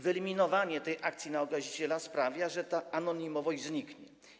Wyeliminowanie akcji na okaziciela sprawia, że ta anonimowość zniknie.